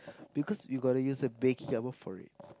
because you gotta use a baking oven for it